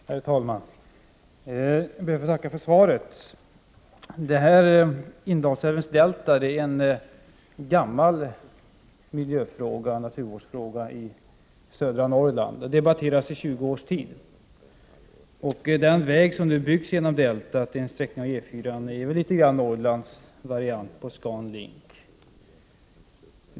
Herr talman! Jag ber att få tacka för svaret. Frågan om Indalsälvens delta är en gammal miljöoch naturvårdsfråga i södra Norrland. Den har debatterats i 20 års tid. Den väg som nu byggs genom deltat — en sträckning av E 4-an — är litet grand Norrlands variant på ScanLink.